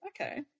okay